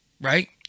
right